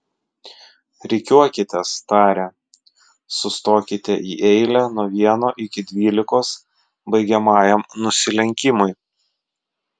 rikiuokitės tarė sustokite į eilę nuo vieno iki dvylikos baigiamajam nusilenkimui